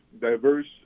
diverse